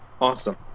Awesome